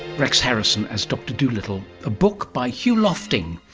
rex harrison as dr dolittle, a book by hugh lofting.